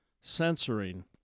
censoring